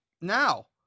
Now